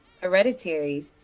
hereditary